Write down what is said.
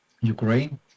Ukraine